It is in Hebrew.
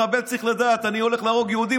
מחבל צריך לדעת: אני הולך להרוג יהודים,